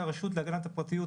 שהרשות להגנת הפרטיות,